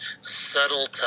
subtle